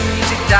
Music